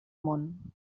món